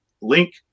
link